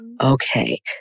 okay